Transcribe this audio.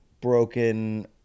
broken